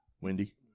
Wendy